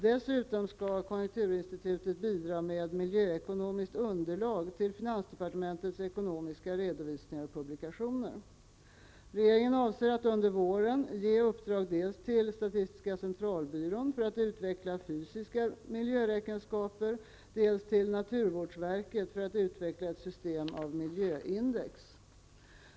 Dessutom skall konjunkturinstitutet bidra med miljöekonomiskt underlag till finansdepartementets ekonomiska redovisningar och publikationer. Regeringen avser att under våren ge uppdrag dels till SCB för att utveckla fysiska miljöräkenskaper, dels till naturvårdsverket för att utveckla ett system av miljöindex.